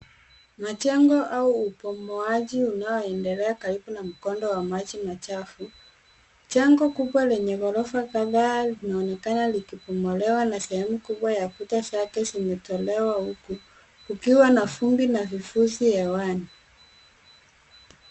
Majengo au ubomoaji unaoendelea karibu na mkondo wa maji machafu. Jengo kubwa lenye ghorofa kadhaa linaonekana likibomolewa na sehemu kubwa ya kuta zake zimetolewa huku kukiwa na vumbi na vifusi hewani.